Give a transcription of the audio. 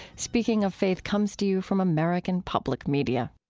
speaking of faith comes to you from american public media